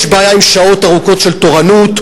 יש בעיה עם שעות ארוכות של תורנות,